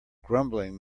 grumbling